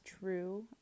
true